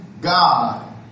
God